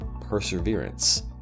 perseverance